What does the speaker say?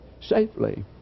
safely